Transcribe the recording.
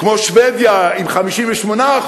כמו שבדיה עם 58%,